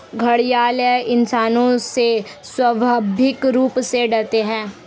घड़ियाल इंसानों से स्वाभाविक रूप से डरते है